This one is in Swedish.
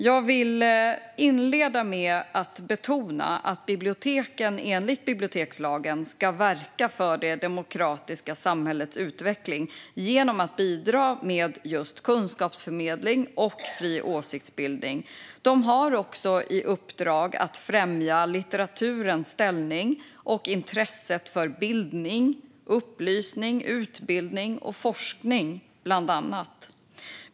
Jag vill inleda med att betona att biblioteken enligt bibliotekslagen ska verka för det demokratiska samhällets utveckling genom att bidra till kunskapsförmedling och fri åsiktsbildning. De har också i uppdrag att främja litteraturens ställning och intresset för bildning, upplysning, utbildning och forskning.